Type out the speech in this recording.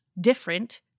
different